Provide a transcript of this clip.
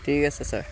ঠিক আছে ছাৰ